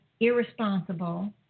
irresponsible